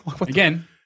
Again